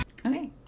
Okay